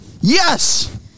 Yes